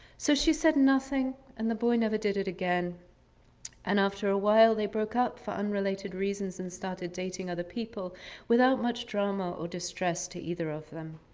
so she said nothing and the boy never did it again and after a while they broke up for unrelated reasons and started dating other people without much drama or distress to either of them.